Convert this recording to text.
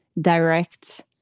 direct